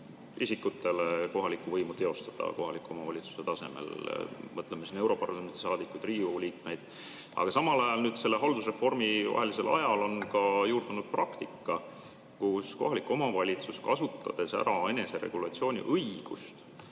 isikutele kohalikku võimu teostada kohaliku omavalitsuse tasemel. Mõtleme siin europarlamendi saadikuid, Riigikogu liikmeid. Aga samal ajal, selle haldusreformivahelisel ajal, on juurdunud praktika, kus kohalik omavalitsus, kasutades ära eneseregulatsiooniõigust,